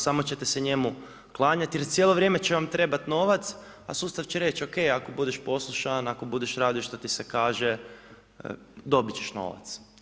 Samo ćete se njemu klanjati jer cijelo vrijeme će vam trebati novac, a sustav će reći, OK, ako budeš poslušan, ako budeš radio što ti se kaže, dobit ćeš novac.